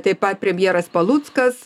taip pat premjeras paluckas